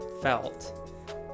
felt